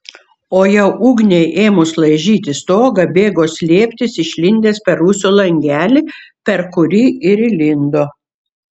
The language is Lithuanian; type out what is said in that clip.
o jau ugniai ėmus laižyti stogą bėgo slėptis išlindęs per rūsio langelį per kurį ir įlindo